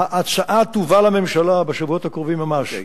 ההצעה תובא לממשלה בשבועות הקרובים ממש.